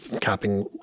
capping